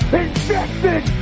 injected